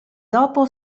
dopo